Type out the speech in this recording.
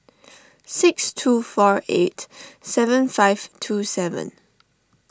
six two four eight seven five two seven